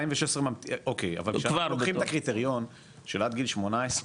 אוקי, אבל אם לוקחים את הקריטריון של עד גיל 18,